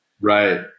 Right